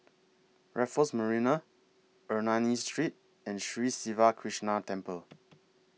Raffles Marina Ernani Street and Sri Siva Krishna Temple